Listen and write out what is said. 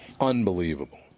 unbelievable